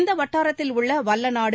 இந்த வட்டாரத்தில் உள்ள வல்லநாடு